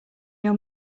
your